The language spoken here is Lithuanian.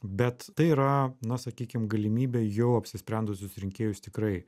bet tai yra na sakykim galimybė jau apsisprendusius rinkėjus tikrai